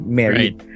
married